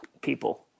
people